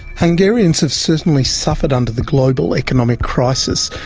hungarians have certainly suffered under the global economic crisis,